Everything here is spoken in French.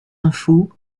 info